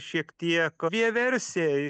šiek tiek vieversiai